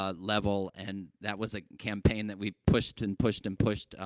ah level. and that was a campaign that we pushed and pushed and pushed, ah,